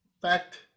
Fact